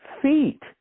feet